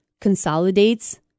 Consolidates